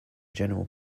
general